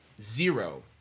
Zero